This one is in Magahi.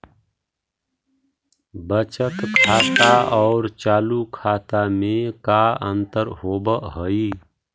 बचत खाता और चालु खाता में का अंतर होव हइ?